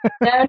no